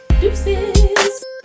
deuces